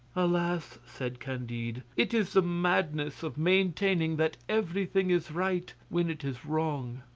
alas! said candide, it is the madness of maintaining that everything is right when it is wrong.